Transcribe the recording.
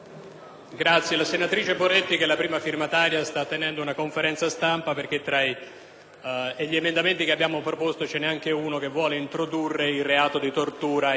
gli emendamenti che abbiamo proposto ce n'è anche uno che vuole introdurre il reato di tortura in Italia, dopo anni che si porta avanti un dibattito in proposito. Non ritiriamo questo emendamento,